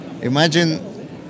Imagine